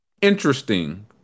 interesting